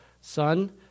Son